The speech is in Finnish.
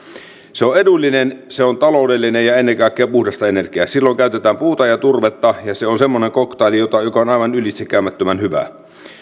se on edullinen se on taloudellinen ja ennen kaikkea puhdasta energiaa silloin käytetään puuta ja turvetta ja se on semmoinen koktaili joka on aivan ylitsekäymättömän hyvä